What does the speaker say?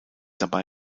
dabei